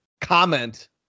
comment